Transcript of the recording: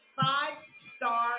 five-star